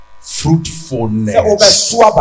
fruitfulness